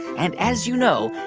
and, as you know,